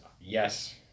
yes